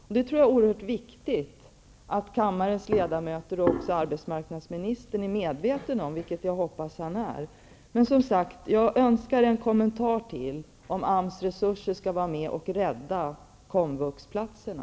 Jag tror det är oerhört viktigt att kammarledarmöterna och arbetsmarknadsministern är medvetna om detta, vilket jag hoppas de är. Men, som sagt, jag önskar en kommentar till frågan om AMS resurser skall rädda komvuxplatserna.